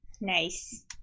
Nice